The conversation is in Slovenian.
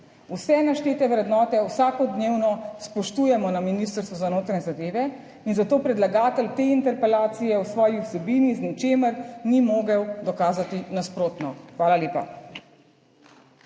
Vse naštete vrednote vsakodnevno spoštujemo na Ministrstvu za notranje zadeve in zato predlagatelj te interpelacije v svoji vsebini z ničemer ni mogel dokazati nasprotno. Hvala lepa.